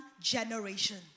generation